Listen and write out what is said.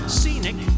Scenic